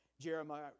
Jeremiah